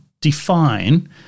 define